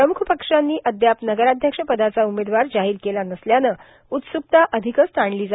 प्रमुख पक्षांनी अद्याप नगराध्यक्ष पदाचा उमेदवार जााहर केला नसल्यान उत्सूकता अधिकच ताणलो आहे